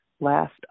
Last